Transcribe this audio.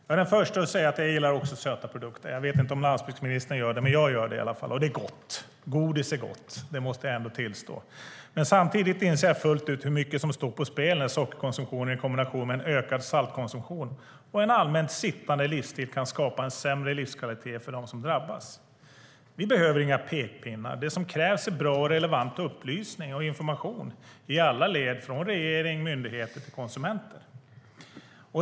Jag är den förste att säga att jag gillar söta produkter. Jag vet inte om landsbygdsministern gör det, men jag gör det i alla fall. Det är gott, godis är gott - det måste jag tillstå. Men samtidigt inser jag fullt ut hur mycket som står på spel när sockerkonsumtionen i kombination med en ökad saltkonsumtion och en allmänt sittande livsstil kan skapa sämre livskvalitet för dem som drabbas. Vi behöver inga pekpinnar. Det som krävs är bra och relevant upplysning och information i alla led, från regering och myndigheter till konsumenter.